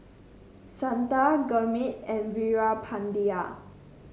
Santha Gurmeet and Veerapandiya